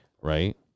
right